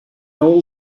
all